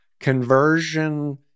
conversion